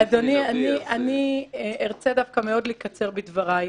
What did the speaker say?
אני ארצה דווקא מאוד לקצר בדבריי.